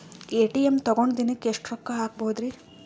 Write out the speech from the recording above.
ATM ತಗೊಂಡ್ ದಿನಕ್ಕೆ ಎಷ್ಟ್ ರೊಕ್ಕ ಹಾಕ್ಬೊದ್ರಿ?